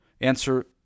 Answer